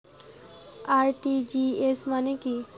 RTGS মানে কি?